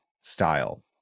style